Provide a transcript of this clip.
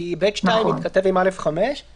כי 22כא(ב)(2) מתכתב עם 22כא(א)(5).